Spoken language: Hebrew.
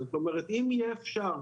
זאת אומרת אם יהיה אפשר,